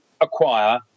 acquire